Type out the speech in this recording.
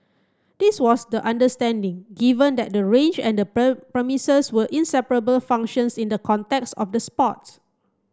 this was the understanding given that the range and the premises were inseparable functions in the context of the sports